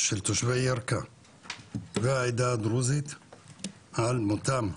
של תושבי ירכא והעדה הדרוזית על מותם,